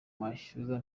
mashyuza